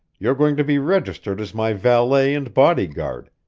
you're going to be registered as my valet and bodyguard,